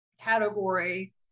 category